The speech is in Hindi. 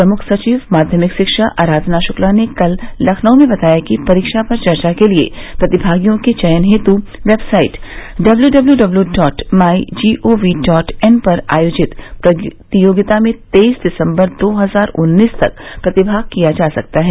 प्रमुख सचिव माध्यमिक शिक्षा आराधना शुक्ला ने कल लखनऊ में बताया कि परीक्षा पर चर्चा के लिये प्रतिभागियों के चयन हेतु website W W W W dot my G O V dot in पर आयोजित प्रतियोगिता में तेईस दिसम्बर दो हजार उन्नीस तक प्रतिभाग किया जा सकता है